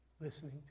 listening